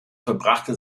verbrachte